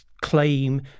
claim